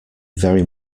very